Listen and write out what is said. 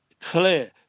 clear